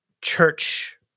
church